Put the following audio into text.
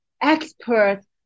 experts